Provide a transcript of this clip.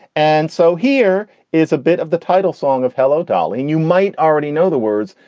and so here is a bit of the title song of hello dolly. and you might already know the words,